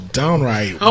downright